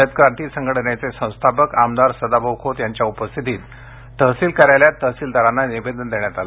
रयत क्रांती संघटनेचे संस्थापक आमदार सदाभाऊ खोत यांच्या उपस्थितीत तहसील कार्यालयात तहसीलदारांना निवेदन देण्यात आले